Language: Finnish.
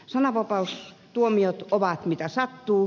sananvapaustuomiot ovat mitä sattuu